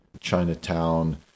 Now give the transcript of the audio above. Chinatown